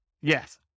Yes